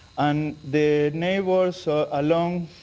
and the neighbours along